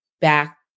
back